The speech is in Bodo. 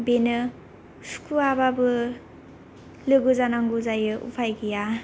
बेनो सुखुवाबाबो लोगो जानांगौ जायो उफाय गैया